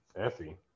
Effie